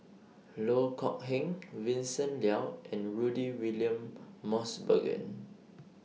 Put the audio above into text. Loh Kok Heng Vincent Leow and Rudy William Mosbergen